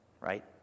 right